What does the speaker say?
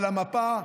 על המפה.